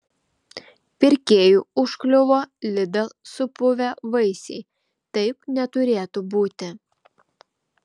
pirkėjui užkliuvo lidl supuvę vaisiai taip neturėtų būti